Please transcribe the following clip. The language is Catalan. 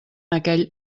aquell